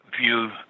view